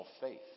faith